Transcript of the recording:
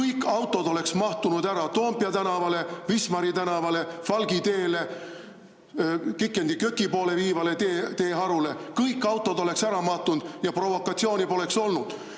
Kõik autod oleks mahtunud ära Toompea tänavale, Wismari tänavale, Falgi teele Kiek in de Köki poole viivale teeharule. Kõik autod oleks ära mahtunud ja provokatsiooni poleks olnud.